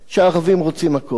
שהערבים רוצים הכול,